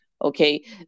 okay